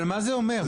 אבל מה זה אומר?